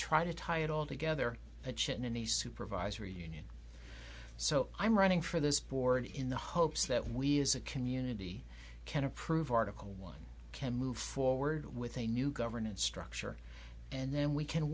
try to tie it all together to chip in the supervisory union so i'm running for this board in the hopes that we as a community can approve article one can move forward with a new governance structure and then we can